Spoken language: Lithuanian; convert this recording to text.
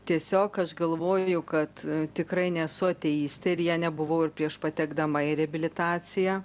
tiesiog galvojau kad tikrai nesu ateistė ir ja nebuvau ir prieš patekdama į reabilitaciją